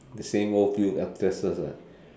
the same old few episodes